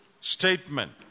statement